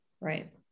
Right